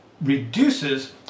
reduces